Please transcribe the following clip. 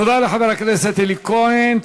תודה לחבר הכנסת אלי כהן.